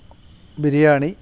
biryani